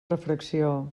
refracció